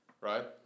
right